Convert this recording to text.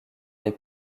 les